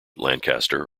lancaster